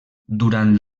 durant